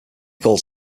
calls